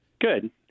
Good